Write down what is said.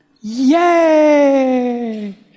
Yay